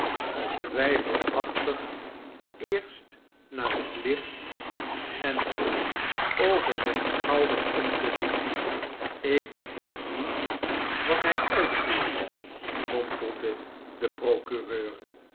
om twijfelachtig eerst naar het licht en toen over zijn schouder om te zien ik begrijp niet wat hij uitvoert mompelde de procureur